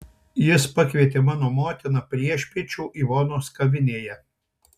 jis pakvietė mano motiną priešpiečių ivonos kavinėje